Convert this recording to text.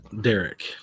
Derek